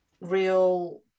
real